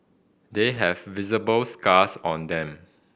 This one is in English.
they have visible scars on them